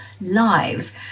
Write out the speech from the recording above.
lives